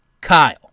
Kyle